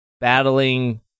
Battling